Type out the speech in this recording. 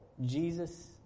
Jesus